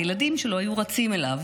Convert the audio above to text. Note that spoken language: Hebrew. הילדים שלו היו רצים אליו